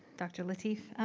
dr. lateef.